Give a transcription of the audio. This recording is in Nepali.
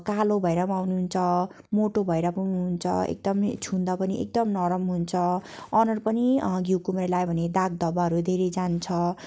कालो भएर पनि आउनुहुन्छ मोटो भएर आउनुहुन्छ एकदम छुँदा पनि एकदम नरम हुन्छ अनुहार पनि घिउकुमारी लगायो भने दाग धब्बाहरू धेरै जान्छ